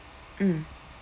mm